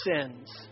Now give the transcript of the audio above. sins